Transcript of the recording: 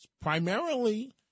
primarily